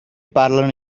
parlano